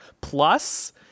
plus